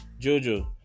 Jojo